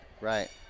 right